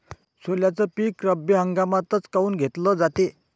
सोल्याचं पीक रब्बी हंगामातच काऊन घेतलं जाते?